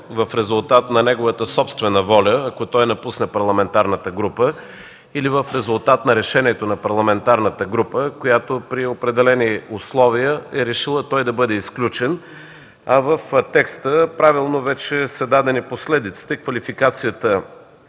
в резултат на неговата собствена воля – ако той напусне парламентарната група, или в резултат на решението на парламентарната група, която при определени условия е решила той да бъде изключен. А в текста правилно вече са дадени последиците, квалификацията